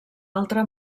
altra